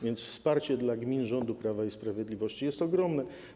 Więc wsparcie dla gmin rządu Prawa i Sprawiedliwości jest ogromne.